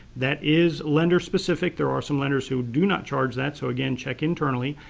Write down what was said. that is lender specific. there are some lenders who do not charge that so, again, check internally.